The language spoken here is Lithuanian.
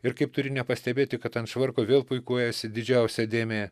ir kaip turi nepastebėti kad ant švarko vėl puikuojasi didžiausia dėmė